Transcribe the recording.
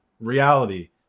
reality